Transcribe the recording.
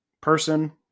person